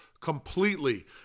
completely